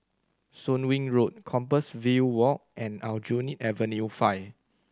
Soon Wing Road Compassvale Walk and Aljunied Avenue Five